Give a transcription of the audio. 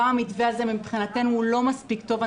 גם המתווה הזה מבחינתנו לא מספיק טוב.